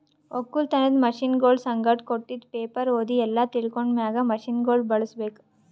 ಒಕ್ಕಲತನದ್ ಮಷೀನಗೊಳ್ ಸಂಗಟ್ ಕೊಟ್ಟಿದ್ ಪೇಪರ್ ಓದಿ ಎಲ್ಲಾ ತಿಳ್ಕೊಂಡ ಮ್ಯಾಗ್ ಮಷೀನಗೊಳ್ ಬಳುಸ್ ಬೇಕು